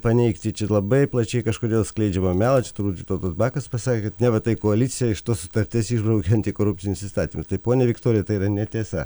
paneigti labai plačiai kažkodėl skleidžiamą melą čia turbūt vytautas bakas pasakė kad neva tai koalicija iš tos sutarties išbraukė antikorupcinius įstatymus tai pone viktorija tai yra netiesa